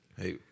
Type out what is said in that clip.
hey